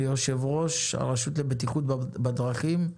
ליו"ר הרשות לבטיחות בדרכים.